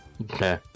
Okay